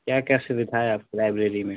क्या क्या सुविधा है आपकी लाइब्रेरी में